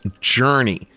Journey